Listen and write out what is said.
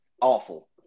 awful